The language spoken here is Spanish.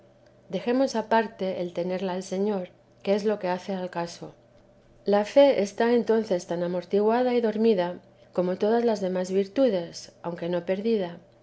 dejemos aparte el tenerla el señor que es lo que hace al caso la fe está entonces tan amortiguada y dormida como todas las demás virtudes aunque no perdida